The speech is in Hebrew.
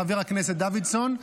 חבר הכנסת דוידסון,